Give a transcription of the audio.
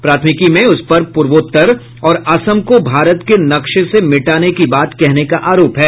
प्राथमिकी में उस पर पूर्वोत्तर और असम को भारत के नक्शे से मिटाने की बात कहने का आरोप है